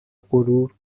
غرور